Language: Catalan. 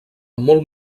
molt